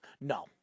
No